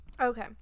Okay